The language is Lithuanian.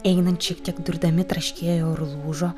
einant šiek tiek durdami traškėjo ir lūžo